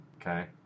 okay